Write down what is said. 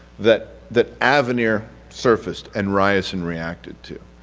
that that avenir surfaced and reyerson reacted to.